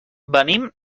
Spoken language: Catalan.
venim